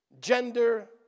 gender